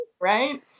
right